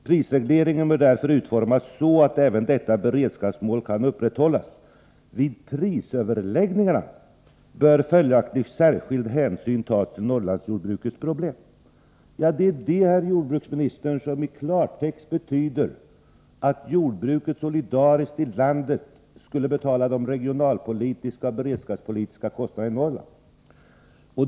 Prisregleringen bör därför utformas så att även detta beredskapsmål kan upprätthållas. Vid prisöverläggningarna bör följaktligen särskild hänsyn tas till Norrlandsjordbrukets problem.” Det är det, herr jordbruksminister, som i klartext betyder att jordbruket i landet solidariskt skall betala de regionalpolitiska och beredskapspolitiska kostnaderna för Norrland.